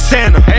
Santa